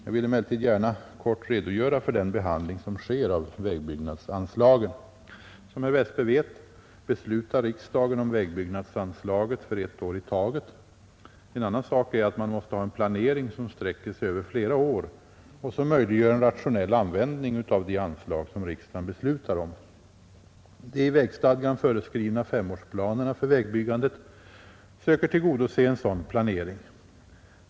Jag vill emellertid gärna kort redogöra för den behandling som sker av vägbyggnadsanslagen. Som herr Westberg vet beslutar riksdagen om vägbyggnadsanslaget för ett år i taget. En annan sak är att man måste ha en planering som sträcker sig över flera år och som möjliggör en rationell användning av de anslag som riksdagen beslutar om. De i vägstadgan föreskrivna femårsplanerna för vägbyggandet söker tillgodose en sådan planering.